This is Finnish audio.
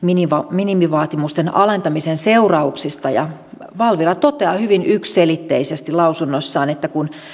minimivaatimusten alentamisen seurauksista ja valvira toteaa hyvin yksiselitteisesti lausunnossaan että kun